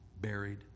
buried